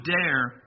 dare